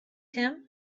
him